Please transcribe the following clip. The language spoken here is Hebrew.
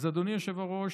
אדוני היושב-ראש,